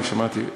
שמעתי.